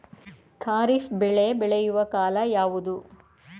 ಖಾರಿಫ್ ಬೆಳೆ ಬೆಳೆಯುವ ಕಾಲ ಯಾವುದು?